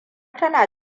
tana